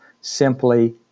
simply